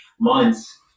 months